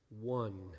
one